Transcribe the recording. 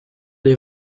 les